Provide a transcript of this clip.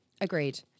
Agreed